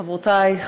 חברותי,